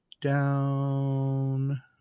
down